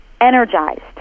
energized